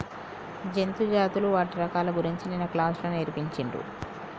జంతు జాతులు వాటి రకాల గురించి నిన్న క్లాస్ లో నేర్పిచిన్రు